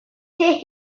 stay